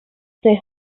their